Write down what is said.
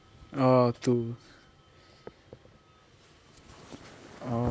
oh two oh~